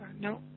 No